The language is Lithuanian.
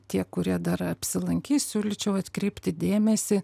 tie kurie dar apsilankys siūlyčiau atkreipti dėmesį